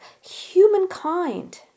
humankind